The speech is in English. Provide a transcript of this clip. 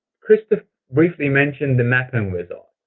christoph briefly mentioned the mapping wizard.